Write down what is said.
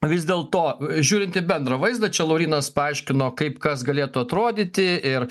vis dėl to žiūrinti į bendrą vaizdą čia laurynas paaiškino kaip kas galėtų atrodyti ir